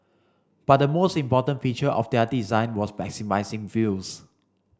but the most important feature of their design was maximising views